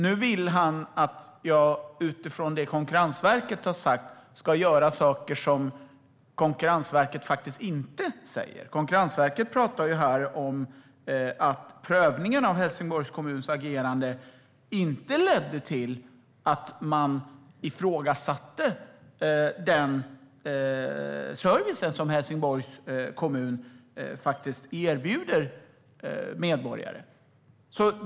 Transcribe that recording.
Nu vill han att jag utifrån det Konkurrensverket har sagt ska göra saker som Konkurrensverket inte säger. Konkurrensverket talar om att prövningen av Helsingborgs kommuns agerande inte ledde till att man ifrågasatte den service som Helsingborgs kommun erbjuder medborgare.